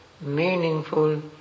meaningful